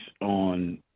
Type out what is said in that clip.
on